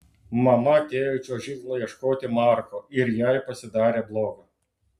mama atėjo į čiuožyklą ieškoti marko ir jai pasidarė bloga